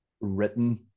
written